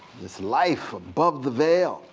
this life above the veil,